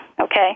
okay